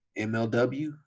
MLW